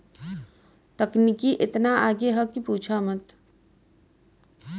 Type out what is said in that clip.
तकनीकी एतना आगे हौ कि पूछा मत